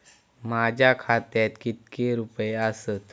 माझ्या खात्यात कितके रुपये आसत?